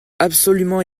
absolument